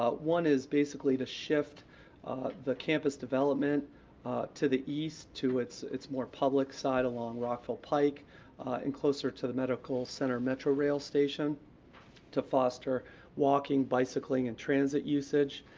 ah one is basically to shift the campus development to the east to its its more public side along rockville pike and closer to the medical center metrorail station to foster walking, bicycling, and transit usage.